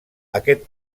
aquest